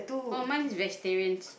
oh mine is vegetarians